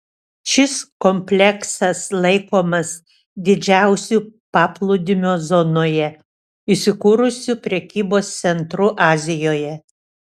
šis kompleksas laikomas didžiausiu paplūdimio zonoje įsikūrusiu prekybos centru azijoje